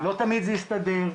לא תמיד זה הסתדר,